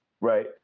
right